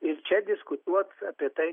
ir čia diskutuot apie tai